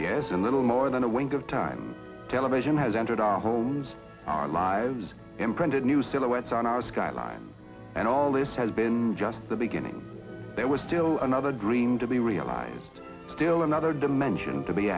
yes in little more than a wink of time television has entered our homes our lives imprinted new silhouettes on our skyline and all this has been just the beginning there was still another dream to be realized still another dimension to be